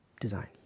design